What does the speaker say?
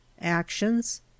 actions